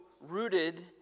rooted